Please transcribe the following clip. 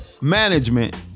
management